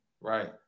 right